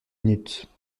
minute